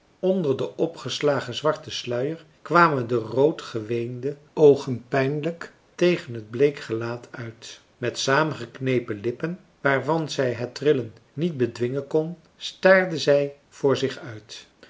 onder den opgeslagen zwarten sluier kwamen de rood geweende oogen pijnlijk tegen het bleek gelaat uit met saamgeknepen lippen waarvan zij het trillen niet bedwingen kon staarde zij voor zich uit